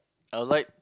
I like